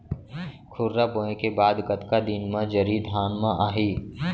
खुर्रा बोए के बाद कतका दिन म जरी धान म आही?